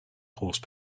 horse